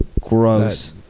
gross